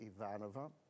Ivanova